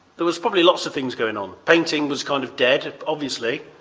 there was probably lots of things going on. painting was kind of dead, obviously.